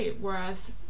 whereas